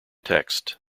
text